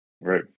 Right